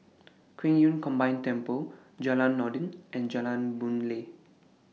Qing Yun Combined Temple Jalan Noordin and Jalan Boon Lay